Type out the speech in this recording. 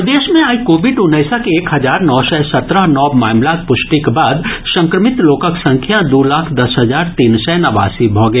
प्रदेश मे आइ कोविड उन्नैसक एक हजार नओ सय सत्रह नव मामिलाक पुष्टिक बाद संक्रमित लोकक संख्या दू लाख दस हजार तीन सय नवासी भऽ गेल